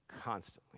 constantly